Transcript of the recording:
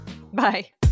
Bye